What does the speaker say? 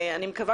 אני מקווה